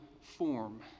form